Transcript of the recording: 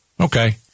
Okay